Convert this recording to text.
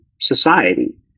society